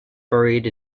buried